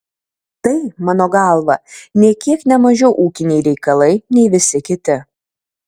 tai mano galva nė kiek ne mažiau ūkiniai reikalai nei visi kiti